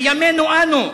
בימינו אנו,